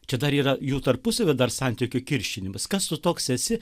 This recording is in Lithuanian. čia dar yra jų tarpusavio dar santykių kiršinimas kas tu toks esi